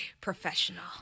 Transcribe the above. professional